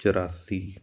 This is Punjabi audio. ਚੁਰਾਸੀ